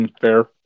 Fair